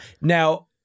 Now